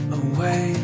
away